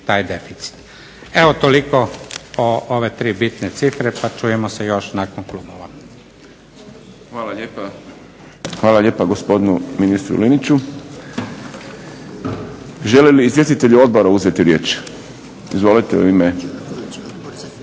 taj deficit. Evo toliko o ove tri bitne cifre pa čujemo se još nakon …/Ne razumije se./… **Šprem, Boris (SDP)** Hvala lijepa gospodinu ministru Liniću. Žele li izvjestitelji odbora uzeti riječ? Izvolite. U ime